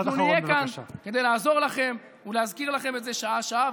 אנחנו נהיה כאן כדי לעזור לכם ולהזכיר לכם את זה שעה-שעה.